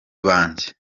banjye